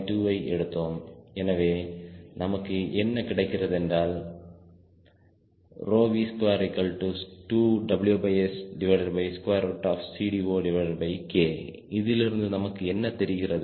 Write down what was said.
2 வை எடுத்தோம் எனவே நமக்கு என்ன கிடைக்கிறது என்றால் V22WSCD0K இதிலிருந்து நமக்கு என்ன தெரிகிறது